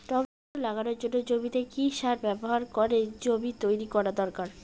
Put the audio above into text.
Tomato লাগানোর জন্য জমিতে কি সার ব্যবহার করে জমি তৈরি করা দরকার?